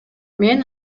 мен